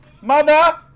Mother